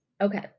Okay